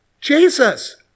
Jesus